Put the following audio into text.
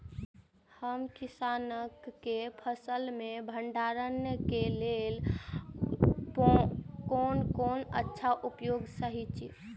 हम किसानके फसल के भंडारण के लेल कोन कोन अच्छा उपाय सहि अछि?